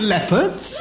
Leopards